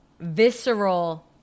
visceral